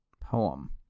poem